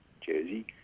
jersey